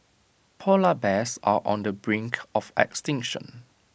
Polar Bears are on the brink of extinction